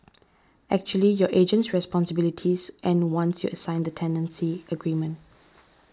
actually your agent's responsibilities end once you sign the tenancy agreement